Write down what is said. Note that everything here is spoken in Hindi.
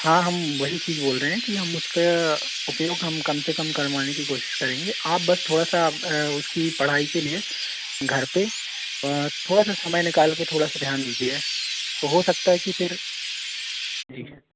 हाँ हम वही चीज़ बोल रहे हैं कि हम उसका उपयोग हम कम से कम करवाने की कोशिश करेंगे आप बस थोड़ा सा उसकी पढ़ाई के लिए घर पर थोड़ा सा समय निकाल के थोड़ा सा ध्यान दीजिए तो हो सकता है कि फिर